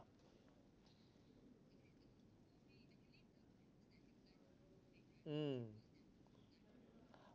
mm